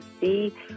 see